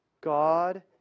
God